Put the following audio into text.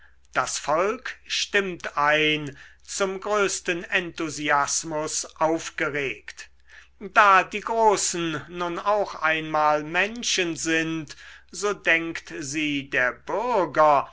das volk stimmt ein zum größten enthusiasmus aufgeregt da die großen nun auch einmal menschen sind so denkt sie der bürger